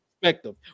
perspective